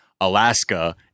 Alaska